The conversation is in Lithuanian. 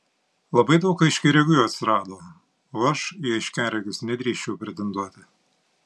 labai daug aiškiaregių atsirado o aš į aiškiaregius nedrįsčiau pretenduoti